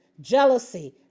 jealousy